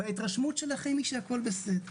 וההתרשמות שלכם היא שהכול בסדר,